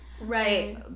Right